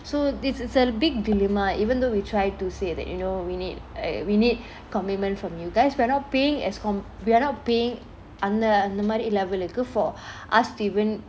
so this is a big dilemma even though we try to say that you know we need we need commitment from you guys but we're not paying as com~ we're not paying அந்த அந்த மாறி :antha antha maari level for us to even